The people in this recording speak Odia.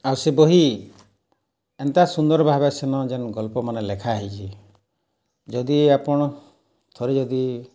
ଆଉ ସେ ବହି ଏନ୍ତା ସୁନ୍ଦର୍ ଭାବେ ସେନ ଯେନ୍ ଗଳ୍ପମାନେ ଲେଖା ହେଇଛେ ଯଦି ଆପଣ୍ ଥରେ ଯଦି